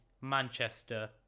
Manchester